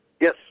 Yes